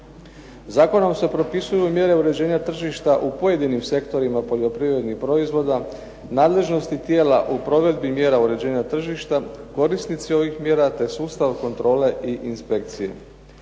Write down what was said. dakako za Republiku Hrvatsku važnim sektorima poljoprivrednih proizvoda, nadležnosti određenih tijela u provedbi mjera uređenja tržišta, korisnici predviđenih mjera te sustav kontrole i inspekcije.